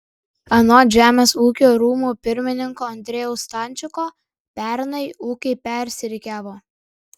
anot žemės ūkio rūmų pirmininko andrejaus stančiko pernai ūkiai persirikiavo